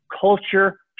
culture